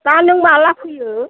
दा नों माब्ला फैयो